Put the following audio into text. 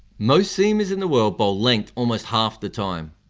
most seamers in the world bowl length almost half the time.